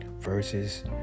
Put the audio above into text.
verses